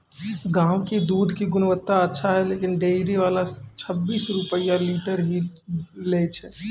गांव के दूध के गुणवत्ता अच्छा छै लेकिन डेयरी वाला छब्बीस रुपिया लीटर ही लेय छै?